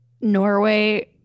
Norway